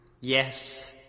Yes